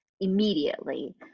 immediately